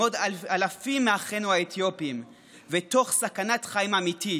עם עוד אלפים מאחינו האתיופים תוך סכנת חיים אמיתית,